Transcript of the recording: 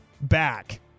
back